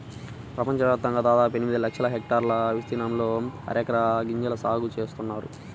ప్రపంచవ్యాప్తంగా దాదాపు ఎనిమిది లక్షల హెక్టార్ల విస్తీర్ణంలో అరెక గింజల సాగు చేస్తున్నారు